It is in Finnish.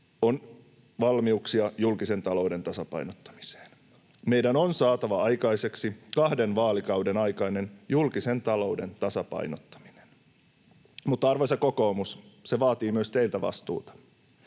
on valmiuksia julkisen talouden tasapainottamiseen. Meidän on saatava aikaiseksi kahden vaalikauden aikainen julkisen talouden tasapainottaminen — mutta arvoisa kokoomus, se vaatii myös teiltä vastuuta.